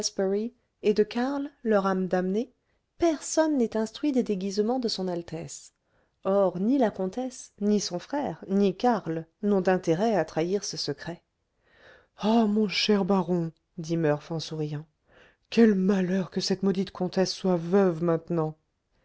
et de karl leur âme damnée personne n'est instruit des déguisements de son altesse or ni la comtesse ni son frère ni karl n'ont d'intérêt à trahir ce secret ah mon cher baron dit murph en souriant quel malheur que cette maudite comtesse soit veuve maintenant